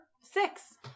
Six